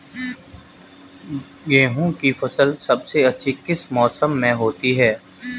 गेंहू की फसल सबसे अच्छी किस मौसम में होती है?